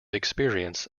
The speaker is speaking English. experience